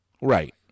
Right